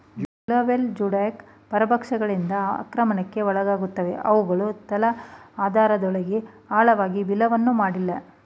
juvenile geoduck ಪರಭಕ್ಷಕಗಳಿಂದ ಆಕ್ರಮಣಕ್ಕೆ ಒಳಗಾಗುತ್ತವೆ ಅವುಗಳು ತಲಾಧಾರದೊಳಗೆ ಆಳವಾಗಿ ಬಿಲವನ್ನು ಮಾಡಿಲ್ಲ